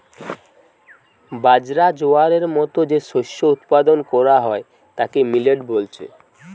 বাজরা, জোয়ারের মতো যে শস্য উৎপাদন কোরা হয় তাকে মিলেট বলছে